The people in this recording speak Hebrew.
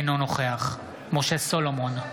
אינו נוכח משה סולומון,